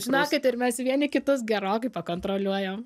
žinokit ir mes vieni kitus gerokai pakontroliuojam